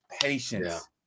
Patience